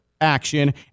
action